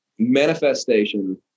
manifestation